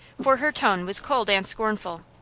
for her tone was cold and scornful.